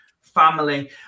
Family